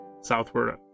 southward